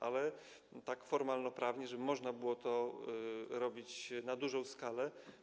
Ale tak formalnoprawnie, żeby można było to robić na dużą skalę.